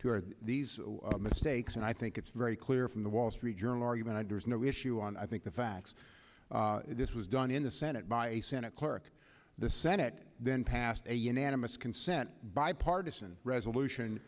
o these mistakes and i think it's very clear from the wall street journal argument and there's no issue on i think the facts this was done in the senate by a senate clerk the senate then passed a unanimous consent bipartisan resolution